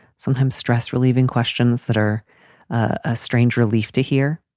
sometimes stress relieving questions that are ah strange relief to hear.